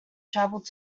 traveled